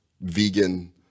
vegan